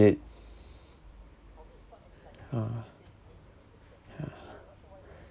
ah yeah